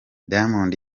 diamond